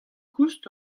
koust